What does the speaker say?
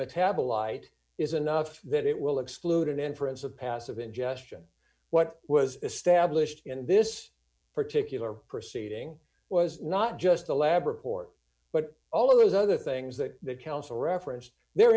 metabolite is enough that it will exclude an inference of passive ingestion what was established in this particular proceeding was not just the lab report but all of those other things that the counsel referenced there